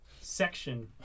section